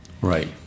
Right